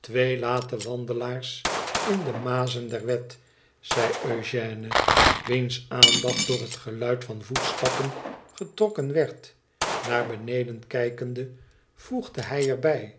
twee late wandelaars in de mazen der wet zei ëugène wiens aandacht door het geluid van voetstappen getrokken werd j naar beneden kijkende voegde hij er bij